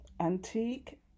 antique